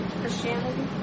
Christianity